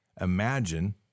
imagine